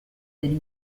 degli